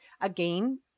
Again